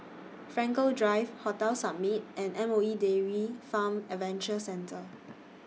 Frankel Drive Hotel Summit and M O E Dairy Farm Adventure Centre